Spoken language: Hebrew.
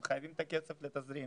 הם חייבים את הכסף לתזרים.